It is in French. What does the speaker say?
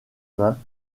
vin